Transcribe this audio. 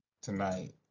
tonight